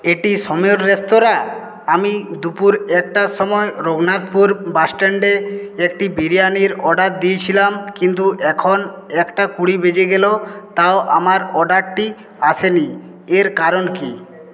এটি সমীর রেস্তোরাঁ আমি দুপুর একটার সময় রঘুনাথপুর বাসস্ট্যান্ডে একটি বিরিয়ানির অর্ডার দিয়েছিলাম কিন্তু এখন একটা কুড়ি বেজে গেল তাও আমার অর্ডারটি আসেনি এর কারণ কি